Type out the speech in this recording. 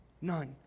None